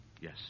Yes